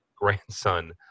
grandson